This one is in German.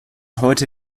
heute